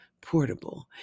portable